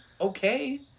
okay